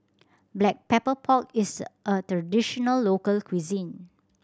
Black Pepper Pork is a traditional local cuisine